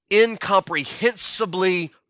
incomprehensibly